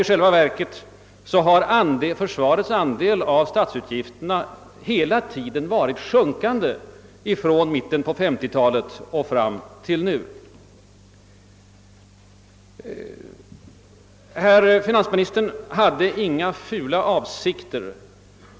I själva verket har försvarets andel av statsutgifterna från mitten av 1950-talet fram till nu hela tiden sjunkit. Finansministern vidhöll att han inte har haft några »fula avsikter» med investeringsavgiften.